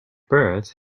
birth